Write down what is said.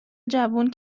جون